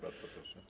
Bardzo proszę.